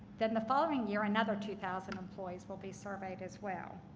then the following year, another two thousand employees will be surveyed as well.